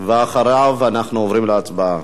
אחריו אנחנו עוברים להצבעה.